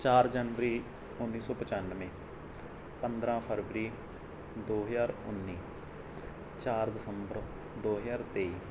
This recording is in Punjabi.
ਚਾਰ ਜਨਵਰੀ ਉੱਨੀ ਸੌ ਪਚਾਨਵੇਂ ਪੰਦਰਾਂ ਫਰਵਰੀ ਦੋ ਹਜ਼ਾਰ ਉੱਨੀ ਚਾਰ ਦਸੰਬਰ ਦੋ ਹਜ਼ਾਰ ਤੇਈ